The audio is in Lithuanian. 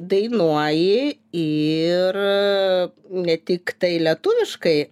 dainuoji ir ne tiktai lietuviškai